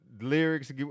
Lyrics